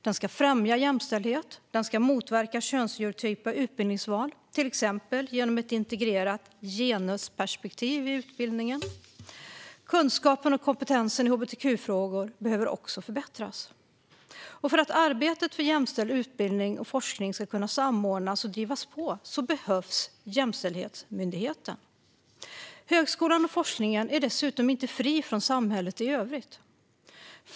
Den ska främja jämställdhet och motverka könsstereotypa utbildningsval till exempel genom ett integrerat genusperspektiv i utbildningen. Kunskapen och kompetensen i hbtq-frågor behöver också förbättras. För att arbetet för jämställd utbildning och forskning ska kunna samordnas och drivas på behövs Jämställdhetsmyndigheten. Högskolan och forskningen står dessutom inte fria från samhället i övrigt.